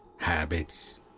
Habits